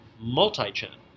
Multi-channel